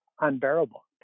unbearable